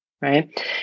right